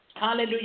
Hallelujah